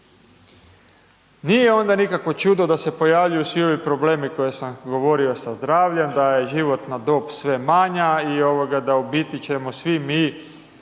Nije onda nikakvo čudo da se pojavljuju svi ovi problemi koje sam govorio sa zdravljem, da je životna dob sve manja i da u biti ćemo svi mi,